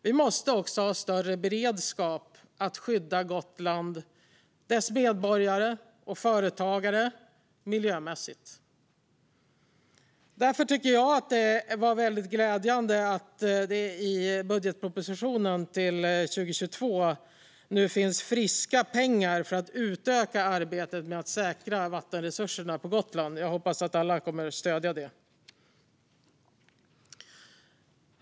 Vi måste ha större beredskap för att också skydda Gotland, dess medborgare och företagare miljömässigt. Jag tycker därför att det är glädjande att det i budgetpropositionen för 2022 nu finns friska pengar för att utöka arbetet med att säkra vattenresurserna på Gotland. Jag hoppas att alla kommer att stödja detta.